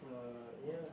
uh yeah